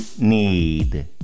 need